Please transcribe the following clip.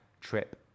trip